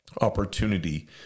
opportunity